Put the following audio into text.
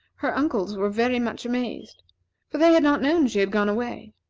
her uncles were very much amazed for they had not known she had gone away.